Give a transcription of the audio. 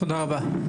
תודה רבה.